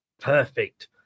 Perfect